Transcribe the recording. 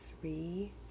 three